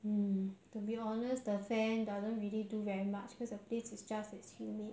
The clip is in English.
no lah but we need to visit your parents because it is not nice to always keep staying at my place